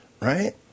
Right